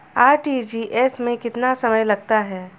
RTGS में कितना समय लगता है?